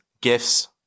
gifts